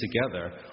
together